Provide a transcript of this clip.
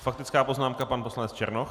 Faktická poznámka pan poslanec Černoch.